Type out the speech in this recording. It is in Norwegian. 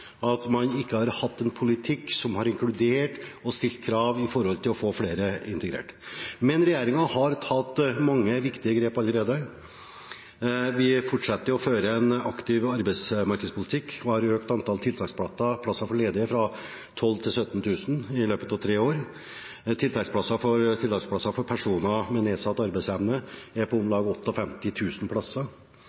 at man ikke har hatt en politikk som har inkludert og stilt krav når det gjelder å få flere til å bli integrert. Men regjeringen har tatt mange viktige grep allerede. Vi fortsetter å føre en aktiv arbeidsmarkedspolitikk og har økt antallet tiltaksplasser for ledige fra 12 000 til 17 000 i løpet av tre år. Antallet tiltaksplasser for personer med nedsatt arbeidsevne er om lag